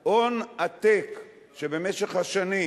בהון עתק שבמשך השנים